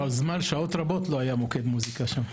במשך שעות רבות לא היה שם מוקד מוזיקה.